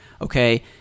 okay